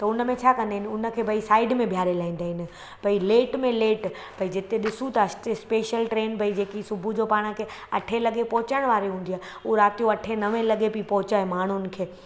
त उन में छा कंदा आहिनि उनखे भई साइड में बीहारे लाहींदा आहिनि भई लेट में लेट भई जेके ॾिसूं था स्टेशन स्पेशल ट्रेन भई जेकी सुबुह जो पाण खे अठे लॻे पहुचाइण वारी हूंदी आहे उहा राति जो अठे नवे लॻे बि पहुचाए माण्हुनि खे